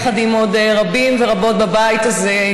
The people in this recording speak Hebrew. יחד עם עוד רבים ורבות בבית הזה,